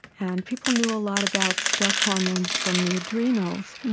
and people knew a lot about stress hormones from the adrenals, and